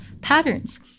patterns